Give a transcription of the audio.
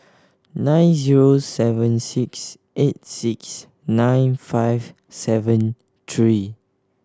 nine zero seven six eight six nine five seven three